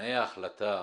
תנאי ההחלטה,